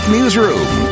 Newsroom